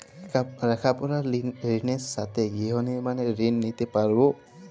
লেখাপড়ার ঋণের সাথে গৃহ নির্মাণের ঋণ নিতে পারব?